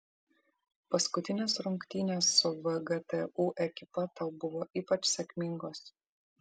paskutinės rungtynės su vgtu ekipa tau buvo ypač sėkmingos